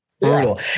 brutal